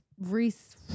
reese